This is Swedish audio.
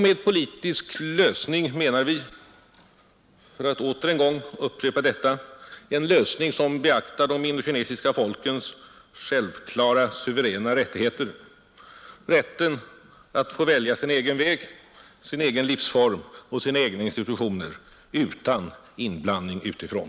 Med politisk lösning menar vi — för att än en gång upprepa detta — en lösning som beaktar de indokinesiska folkens självklara, suveräna rättigheter: rätten att få välja sin egen väg, sin egen livsform och sina egna institutioner utan inblandning utifrån.